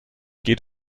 geht